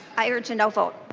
i urge a no vote.